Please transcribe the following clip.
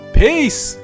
peace